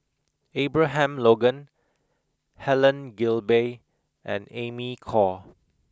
Abraham Logan Helen Gilbey and Amy Khor